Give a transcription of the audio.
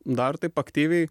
dar taip aktyviai